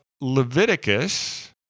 Leviticus